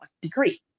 degree